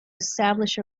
establish